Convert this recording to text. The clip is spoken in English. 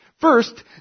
First